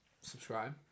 Subscribe